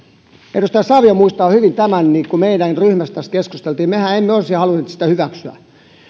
edustaja savio muistaa hyvin tämän kun meidän ryhmässämme tästä keskusteltiin mehän emme olisi halunneet sitä hyväksyä